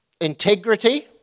integrity